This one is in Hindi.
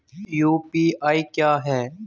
यू.पी.आई क्या है?